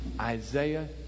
Isaiah